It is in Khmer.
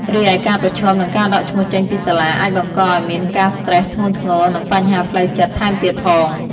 រីឯ ការប្រឈមនឹងការដកឈ្មោះចេញពីសាលា អាចបង្កឲ្យមានការស្ត្រេសធ្ងន់ធ្ងរ និងបញ្ហាផ្លូវចិត្តថែមទៀតផង។